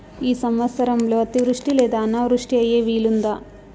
ఈ సంవత్సరంలో అతివృష్టి లేదా అనావృష్టి అయ్యే వీలుందా?